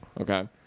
Okay